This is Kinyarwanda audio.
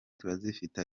turazifite